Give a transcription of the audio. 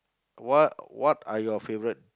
what what are your favourite